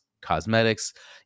cosmetics